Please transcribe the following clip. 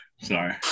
Sorry